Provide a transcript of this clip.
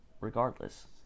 regardless